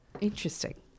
Interesting